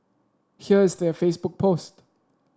here is their Facebook post